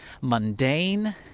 mundane